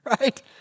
Right